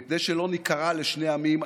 וכדי שלא ניקרע לשני עמים,